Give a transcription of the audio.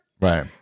right